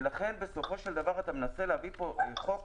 ולכן, בסופו של דבר, אתה מנסה להביא פה חוק.